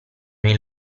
nei